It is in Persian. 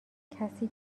کسی